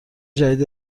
جدید